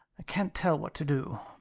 i can't tell what to do.